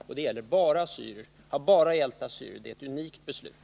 Dessa särskilda skäl gäller och har bara gällt assyrier, och det är fråga om ett unikt beslut.